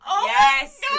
Yes